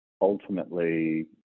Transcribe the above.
ultimately